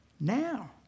now